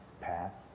Pat